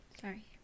Sorry